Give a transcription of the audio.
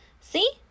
see